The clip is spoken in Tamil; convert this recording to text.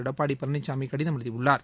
எடப்பாடி பழனிசாமி கடிதம் எழுதியுள்ளார்